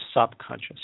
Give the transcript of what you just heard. subconscious